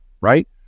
right